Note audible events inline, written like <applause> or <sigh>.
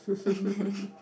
and then <laughs>